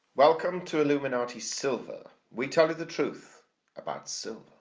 welcome to illuminati silver, we tell you the truth about silver.